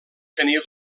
tenia